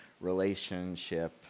relationship